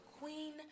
queen